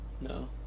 No